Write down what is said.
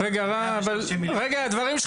אושרו אתמול מעל 100 מיליון שקל לענפים: כדור מים,